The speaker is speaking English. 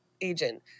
agent